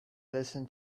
listen